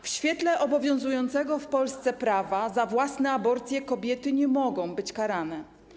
W świetle obowiązującego w Polsce prawa za własne aborcje kobiety nie mogą być karane.